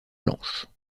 blanche